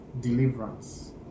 deliverance